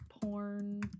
porn